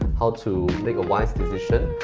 how to make a wise decision,